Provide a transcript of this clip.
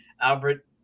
Albert